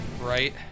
Right